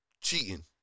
cheating